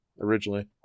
originally